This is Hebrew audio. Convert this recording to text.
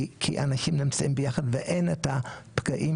כי אנשים הם ביחד ואין את הפגעים